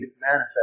manifest